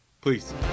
please